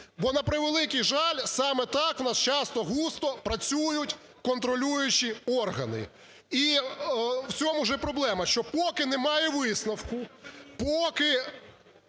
Бо, на превеликий жаль, саме так у нас часто-густо працюють контролюючі органи, і в цьому ж і проблема, що поки немає висновку, поки